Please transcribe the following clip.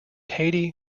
haiti